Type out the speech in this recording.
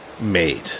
made